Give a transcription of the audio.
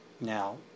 Now